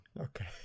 Okay